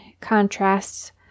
contrasts